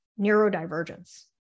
neurodivergence